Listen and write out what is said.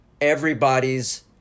everybody's